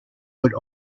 would